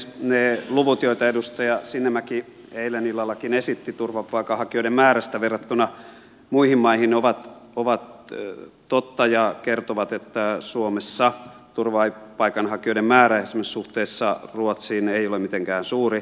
ne luvut joita edustaja sinnemäki eilen illallakin esitti turvapaikanhakijoiden määrästä verrattuna muihin maihin ovat totta ja kertovat että suomessa turvapaikanhakijoiden määrä esimerkiksi suhteessa ruotsiin ei ole mitenkään suuri